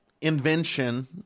invention